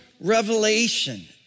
revelation